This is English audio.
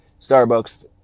Starbucks